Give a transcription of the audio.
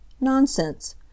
nonsense